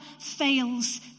fails